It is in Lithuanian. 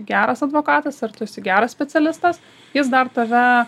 geras advokatas ar tu esi geras specialistas jis dar tave